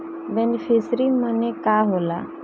Beneficiary मने का होला?